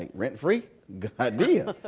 ah rent free? good idea.